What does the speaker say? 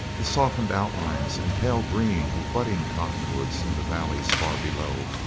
the softened outlines and pale green of budding cottonwoods in the valleys far below,